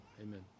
Amen